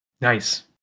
Nice